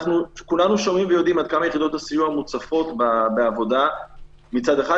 כולנו שומעים ויודעים עד כמה יחידות הסיוע מוצפות בעבודה מצד אחד,